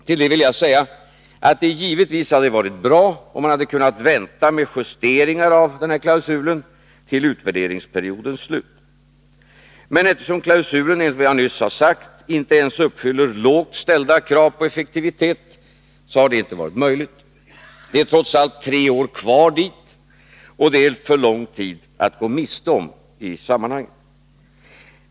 Till det vill jag säga att det givetvis hade varit bra om man hade kunnat vänta med justeringar av den här klausulen till utvärderingsperiodens slut. Men eftersom klausulen, enligt vad jag nyss har sagt, inte ens uppfyller lågt ställda krav på effektivitet, så har detta inte varit möjligt. Det är trots allt tre år kvar till denna tidpunkt, och det är för lång tid att gå miste om i sammanhanget.